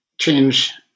change